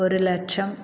ഒരു ലക്ഷം